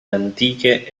antiche